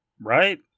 Right